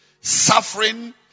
suffering